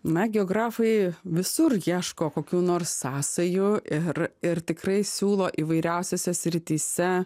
na geografai visur ieško kokių nors sąsajų ir ir tikrai siūlo įvairiausiose srityse